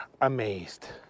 amazed